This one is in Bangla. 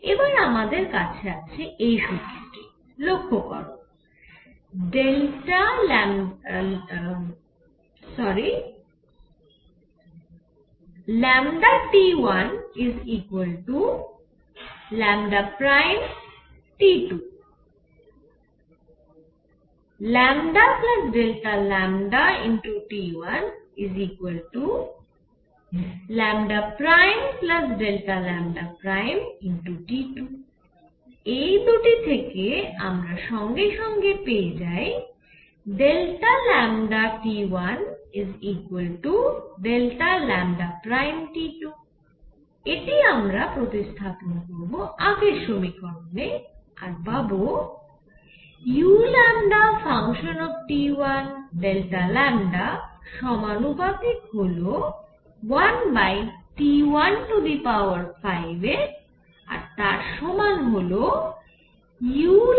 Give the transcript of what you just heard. এবার আমাদের কাছে আছে এই সুত্রটি লক্ষ্য করো T1λT2 ΔλT1ΔλT2 এই দুটি থেকে আমরা সঙ্গে সঙ্গে পেয়ে যাই ΔλT1ΔλT2 এটি আমরা প্রতিস্থাপন করব আগের সমীকরণে আর পাবো u Δλ সমানুপাতিক হল 1T15 এর আর তার সমান হল uλ1T25